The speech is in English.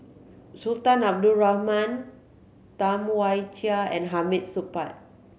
Sultan Abdul Rahman Tam Wai Jia and Hamid Supaat